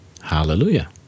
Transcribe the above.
Hallelujah